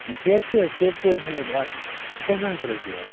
ٹھیٖک چھِ حظ ٹھیٖک چھِ حظ بہٕ ہٮ۪مے اتھ شےٚ ساس رۄپیہِ حظ